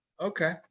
Okay